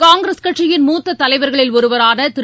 காங்கிரஸ் கட்சியின் மூத்ததலைவர்களில் ஒருவரானதிரு